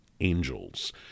Angels